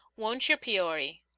won't yer, peory?